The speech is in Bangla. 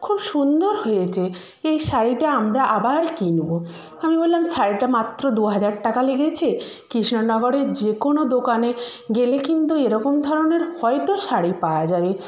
খুব সুন্দর হয়েছে এই শাড়িটা আমরা আবার কিনব আমি বললাম শাড়িটা মাত্র দু হাজার টাকা লেগেছে কৃষ্ণনগরে যে কোনও দোকানে গেলে কিন্তু এরকম ধরনের হয়তো শাড়ি পাওয়া যাবে